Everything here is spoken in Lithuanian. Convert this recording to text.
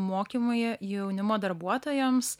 mokymai jaunimo darbuotojams